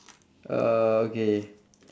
uh okay